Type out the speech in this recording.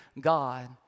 God